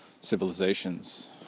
civilizations